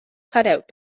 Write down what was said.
cutout